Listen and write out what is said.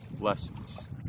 lessons